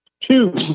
Two